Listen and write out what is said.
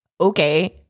Okay